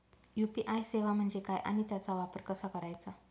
UPI सेवा म्हणजे काय आणि त्याचा वापर कसा करायचा?